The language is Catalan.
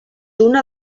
una